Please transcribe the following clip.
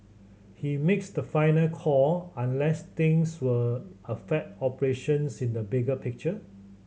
he makes the final call unless things will affect operations in the bigger picture